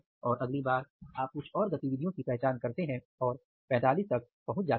और अगली बार आप कुछ और गतिविधियों की पहचान करते हैं और 45 तक पहुंच जाते हैं